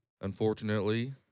unfortunately